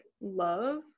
love